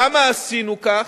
למה עשינו כך?